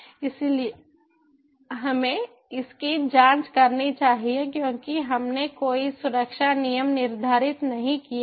इसलिए हमें इसकी जांच करनी चाहिए क्योंकि हमने कोई सुरक्षा नियम निर्धारित नहीं किया है